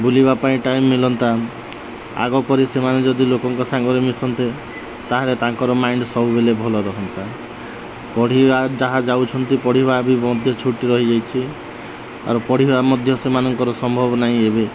ବୁଲିବା ପାଇଁ ଟାଇମ୍ ମିଳନ୍ତା ଆଗ କରି ସେମାନେ ଯଦି ଲୋକଙ୍କ ସାଙ୍ଗରେ ମିଶନ୍ତେ ତା'ହେଲେ ତାଙ୍କର ମାଇଣ୍ଡ୍ ସବୁବେଳେ ଭଲ ରହନ୍ତା ପଢ଼ିବା ଯାହା ଯାଉଛନ୍ତି ପଢ଼ିବା ବି ମଧ୍ୟ ଛୁଟି ରହିଯାଇଛି ଆରୁ ପଢ଼ିବା ମଧ୍ୟ ସେମାନଙ୍କର ସମ୍ଭବ ନାହିଁ ଏବେ